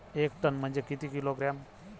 एक टन म्हनजे किती किलोग्रॅम?